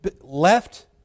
left